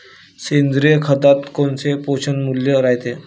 सेंद्रिय खतात कोनचे पोषनमूल्य रायते?